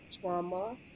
trauma